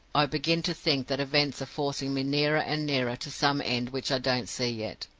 i begin to think that events are forcing me nearer and nearer to some end which i don't see yet,